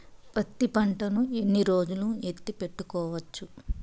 పత్తి పంటను ఎన్ని రోజులు ఎత్తి పెట్టుకోవచ్చు?